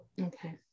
Okay